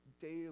daily